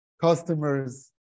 customers